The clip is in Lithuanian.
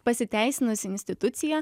pasiteisinusi institucija